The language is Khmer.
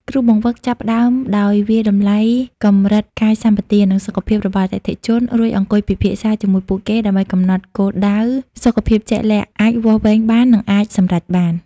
គ្រូបង្វឹកចាប់ផ្ដើមដោយវាយតម្លៃកម្រិតកាយសម្បទា និងសុខភាពរបស់អតិថិជន រួចអង្គុយពិភាក្សាជាមួយពួកគេដើម្បីកំណត់គោលដៅសុខភាពជាក់លាក់ អាចវាស់វែងបាន និងអាចសម្រេចបាន។